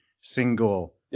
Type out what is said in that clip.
single